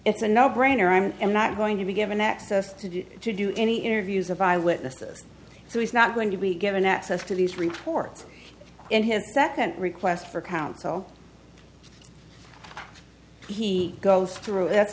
it's a no brainer i'm not going to be given access to to do any interviews of eyewitnesses so he's not going to be given access to these reports and his second request for counsel he go through that